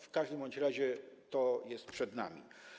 W każdym razie to jest przed nami.